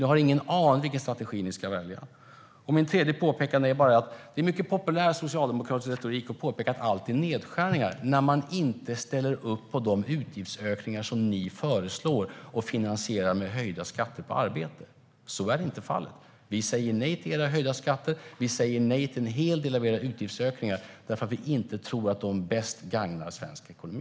Ni har ingen aning om vilken strategi ni ska välja. Min tredje kommentar är: Det är mycket populär socialdemokratisk retorik att kalla det för nedskärningar när man inte ställer upp på de utgiftsökningar som ni föreslår och vill finansiera med höjda skatter på arbete. Så är inte fallet. Vi säger nej till era höjda skatter. Vi säger nej till en hel del av era utgiftsökningar, för vi tror inte att de bäst gagnar svensk ekonomi.